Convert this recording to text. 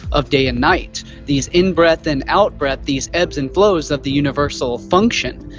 of day and night these in-breath and out-breath these ebbs and flows of the universal function.